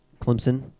Clemson